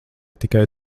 tikai